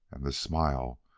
and the smile,